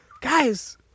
Guys